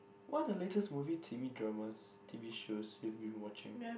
what are the latest movie t_v dramas t_v shows you've been watching